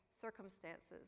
circumstances